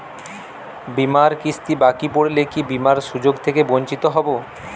বিমার কিস্তি বাকি পড়লে কি বিমার সুযোগ থেকে বঞ্চিত হবো?